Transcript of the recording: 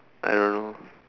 I don't know